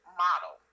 model